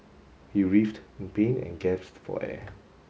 he writhed in pain and gasped for air